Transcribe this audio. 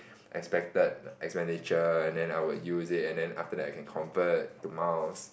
expected expenditure then I will use it and then after that I can convert to miles